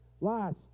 Last